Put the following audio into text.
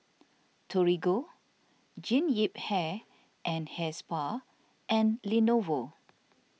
Torigo Jean Yip Hair and Hair Spa and Lenovo